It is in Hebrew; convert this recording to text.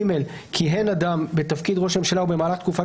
(ג) כיהן אדם בתפקיד ראש הממשלה ובמהלך תקופת